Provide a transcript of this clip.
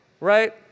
right